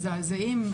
מזעזעים,